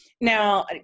Now